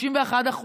51%,